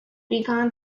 began